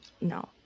No